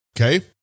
Okay